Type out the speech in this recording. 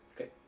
Okay